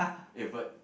eh but